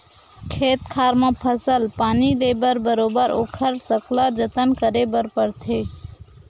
खेत खार म फसल पानी ले बर बरोबर ओखर सकला जतन करे बर परथे